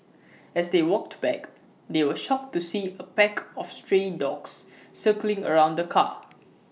as they walked back they were shocked to see A pack of stray dogs circling around the car